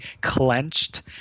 clenched